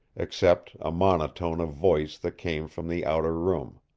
except a monotone of voice that came from the outer room.